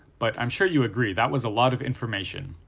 but i'm sure you agree that was a lot of information.